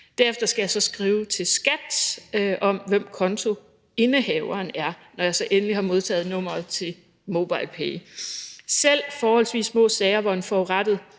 Derefter skal jeg skrive til SKAT om, hvem kontoindehaveren er, når jeg så endelig har modtaget nummeret fra MobilePay. Selv forholdsvis små sager, hvor en forurettet